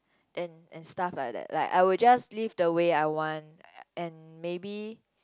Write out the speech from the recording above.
and and stuff like that I I would just live the way I want and maybe